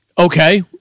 Okay